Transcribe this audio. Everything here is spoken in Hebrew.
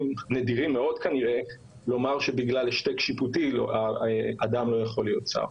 נדירים מאוד כנראה לומר שבגלל השתק שיפוי האדם לא יכול להיות שר.